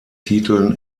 titeln